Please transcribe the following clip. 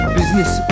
Business